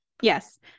Yes